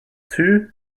two